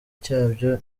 cyabyo